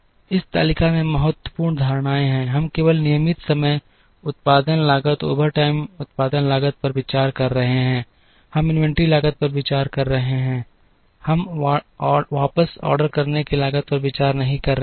इस तालिका में महत्वपूर्ण धारणाएं हैं हम केवल नियमित समय उत्पादन लागत ओवरटाइम उत्पादन लागत पर विचार कर रहे हैं हम इन्वेंट्री लागत पर विचार कर रहे हैं हम वापस ऑर्डर करने की लागत पर विचार नहीं कर रहे हैं